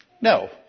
No